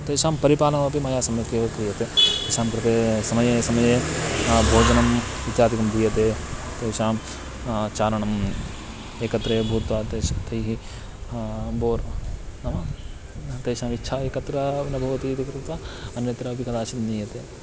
तेषां परिपालनमपि मया सम्यक् एव क्रियते तेषां कृते समये समये भोजनम् इत्यादिकं दीयते तेषां चालनम् एकत्रेव भूत्वा तेषु तैः बोर् नाम तेषाम् इच्छा एकत्र न भवति इति कृत्वा अन्यत्रापि कदाचित् नीयते